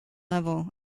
level